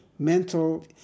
mental